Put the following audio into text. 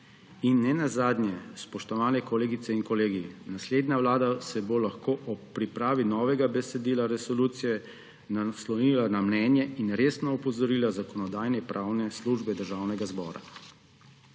In nenazadnje, spoštovani kolegice in kolegi, naslednja vlada se bo lahko ob pripravi novega besedila resolucije naslonila na mnenje in resna opozorila Zakonodajno-pravne službe Državnega zbora.